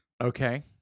Okay